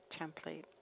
template